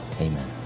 Amen